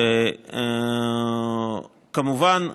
כמובן,